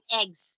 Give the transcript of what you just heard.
eggs